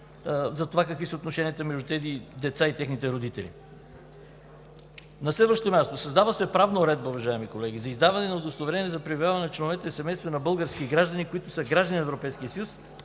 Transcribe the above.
за това какви са отношенията между тези деца и техните родители. На следващо място, създава се правна уредба, уважаеми колеги, за издаване на удостоверение за пребиваване на членовете на семейства на български граждани, които са граждани на Европейския съюз